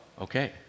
Okay